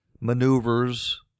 maneuvers